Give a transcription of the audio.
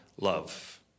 love